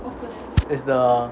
is the